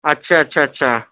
اچّھا اچّھا اچّھا